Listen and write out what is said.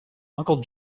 uncle